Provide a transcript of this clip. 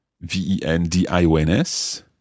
V-E-N-D-I-O-N-S